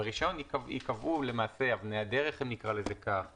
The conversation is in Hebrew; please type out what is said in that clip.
ברישיון ייקבעו למעשה אבני הדרך או הפריסה